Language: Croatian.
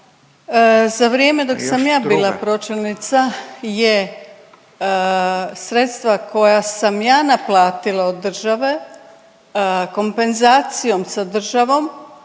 Još druga./... ja bila pročelnica je sredstva koja sam ja naplatila od države kompenzacijom sa državom,